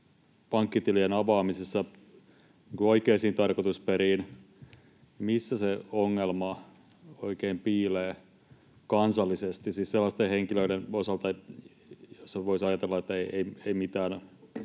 pankkitilien avaamisessa oikeisiin tarkoitusperiin, niin missä se ongelma oikein piilee kansallisesti siis sellaisten henkilöiden osalta, joista voisi ajatella, että mitään